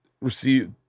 receive